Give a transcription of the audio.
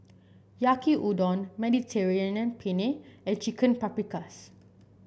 Yaki Udon Mediterranean Penne and Chicken Paprikas